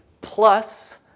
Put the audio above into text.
plus